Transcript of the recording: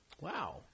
Wow